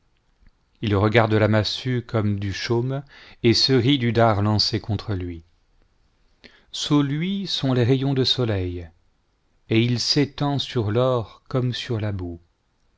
il regarde la massue comme du chaume et se rit du dard lancé contre lui sous lui sont les rayons du soleil et il s'étend sur l'or comme sur la boue